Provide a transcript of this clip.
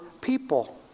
people